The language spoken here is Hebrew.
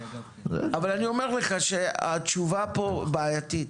אבל אני אומר לך שהתשובה פה בעייתית.